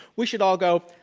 we should all go,